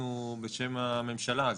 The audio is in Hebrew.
שהצגנו בשם הממשלה.